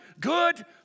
good